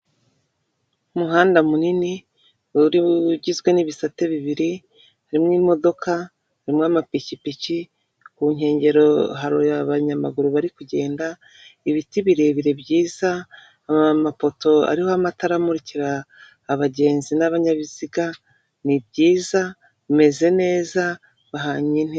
Umuhanda munini ugizwe n'ibisate bibiri, harimo imodoka karimo amapikipiki ku nkengero hari abanyamaguru bari kugenda, ibiti birebire byiza, amapoto ariho amatara amurikira abagenzi n'abanyabiziga nibyiza umeze neza bahanye intera.